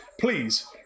please